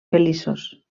feliços